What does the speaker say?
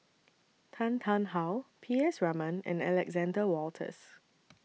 Tan Tarn How P S Raman and Alexander Wolters